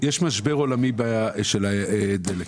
יש משבר עולמי של הדלק,